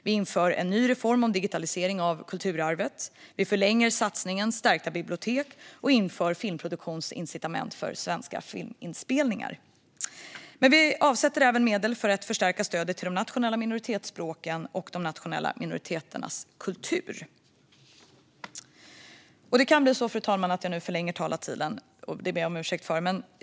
Vi inför en ny reform för digitalisering av kulturarvet, förlänger satsningen Stärkta bibliotek och inför filmproduktionsincitament för svenska filminspelningar. Vi avsätter även medel för att förstärka stödet till de nationella minoritetsspråken och de nationella minoriteternas kultur. Fru talman! Det kan bli så att jag nu förlänger talartiden, vilket jag ber om ursäkt för.